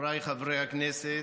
חבריי חברי הכנסת,